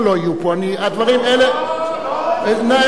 הדברים, אלה, לא, לא, מאה אחוז.